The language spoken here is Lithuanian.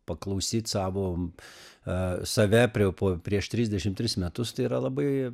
paklausyt savo ė save prie po prieš trisdešim tris metus tai yra labai